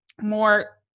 more